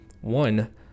one